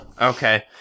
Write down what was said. Okay